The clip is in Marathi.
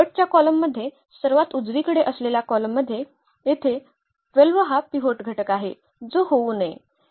शेवटच्या कॉलममध्ये सर्वात उजवीकडे असलेल्या कॉलममध्ये येथे 12 हा पिव्होट घटक आहे जो होऊ नये